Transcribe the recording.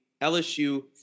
LSU